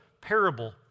parable